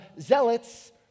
zealots